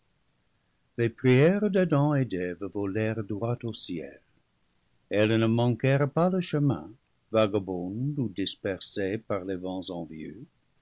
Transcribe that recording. les prières d'adam et d'eve volèrent droit au ciel elles ne manquèrent pas le chemin vagabondes ou dispersées par lés vents envieux